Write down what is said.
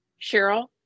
Cheryl